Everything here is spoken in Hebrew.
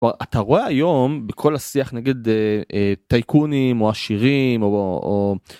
אתה רואה היום בכל השיח נגד טייקונים או עשירים או